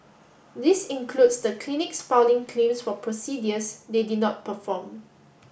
this includes the clinics filing claims for procedures they did not perform